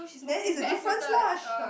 that is the difference lah sha~